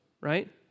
right